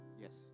yes